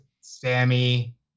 Sammy